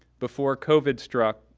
before covid struck,